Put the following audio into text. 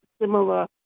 similar